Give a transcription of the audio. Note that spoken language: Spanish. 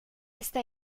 está